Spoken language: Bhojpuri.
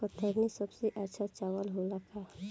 कतरनी सबसे अच्छा चावल होला का?